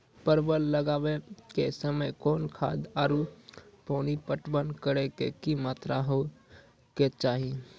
परवल लगाबै के समय कौन खाद आरु पानी पटवन करै के कि मात्रा होय केचाही?